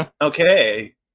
Okay